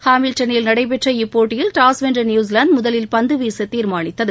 ஹாமில்டன்னில் நடைபெற்ற இப்போட்டியில் டாஸ் வென்ற நியூஸிலாந்து முதலில் பந்துவீச தீர்மானித்தது